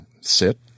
sit